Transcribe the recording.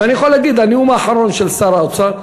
ואני יכול להגיד, הנאום האחרון של שר האוצר,